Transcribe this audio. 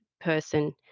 person